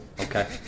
Okay